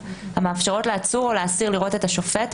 המאפשרות לעצור או לאסיר לראות את השופט,